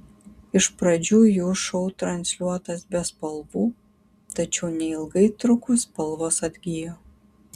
iš pradžių jų šou transliuotas be spalvų tačiau neilgai trukus spalvos atgijo